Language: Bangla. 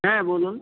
হ্যাঁ বলুন